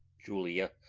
julia,